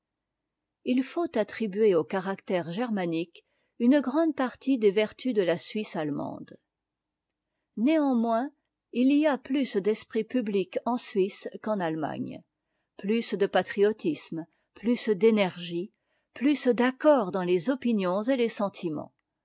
h faut attribuer au caractère germanique une grande partie des vertus de la suisse allemande néanmoins il y a plus d'esprit public en suisse qu'en allemagne plus de patriotisme plus d'énergie plus'd'accord dans les opinions et les sentiments